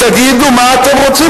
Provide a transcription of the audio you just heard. תגידו מה אתם רוצים,